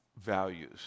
values